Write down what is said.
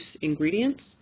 ingredients